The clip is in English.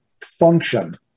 function